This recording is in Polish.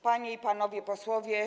Panie i Panowie Posłowie!